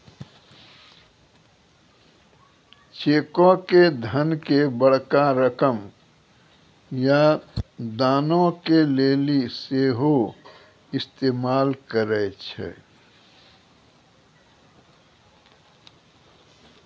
चेको के धन के बड़का रकम या दानो के लेली सेहो इस्तेमाल करै छै